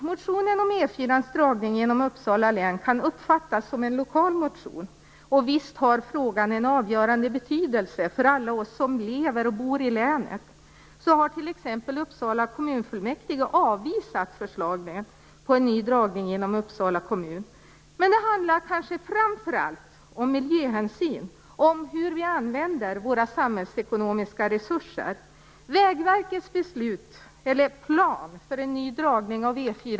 Motionen om E 4:s dragning genom Uppsala län kan uppfattas som en lokal motion. Visst har frågan en avgörande betydelse för alla oss som lever och bor i länet. Uppsala kommunfullmäktige har t.ex. avvisat förslag på en ny dragning genom Uppsala kommun. Men det handlar kanske framför allt om miljöhänsyn och hur vi använder våra samhällsekonomiska resurser.